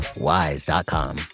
WISE.com